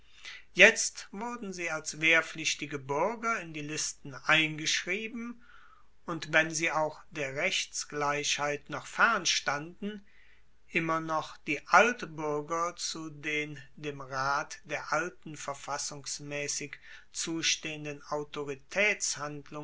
jetzt wurden sie als wehrpflichtige buerger in die listen eingeschrieben und wenn sie auch der rechtsgleichheit noch fern standen immer noch die altbuerger zu den dem rat der alten verfassungsmaessig zustehenden